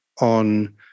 on